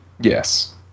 Yes